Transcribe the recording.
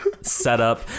setup